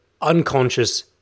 unconscious